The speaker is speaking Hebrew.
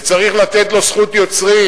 וצריך לתת לו זכות יוצרים,